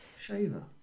shaver